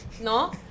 no